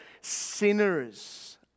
sinners